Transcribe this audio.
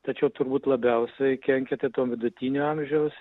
tačiau turbūt labiausiai kenkia tai tom vidutinio amžiaus